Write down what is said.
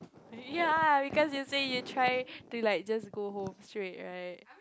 ya because you say you try to like just go home straight right